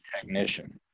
technician